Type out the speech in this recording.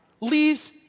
leaves